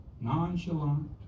Nonchalant